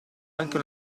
anche